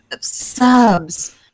subs